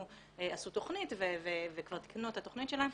עשו תוכנית וכבר תיקנו את התוכנית שלהן.